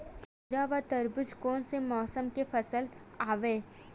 खीरा व तरबुज कोन से मौसम के फसल आवेय?